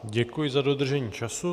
Děkuji za dodržení času.